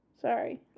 Sorry